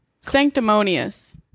Sanctimonious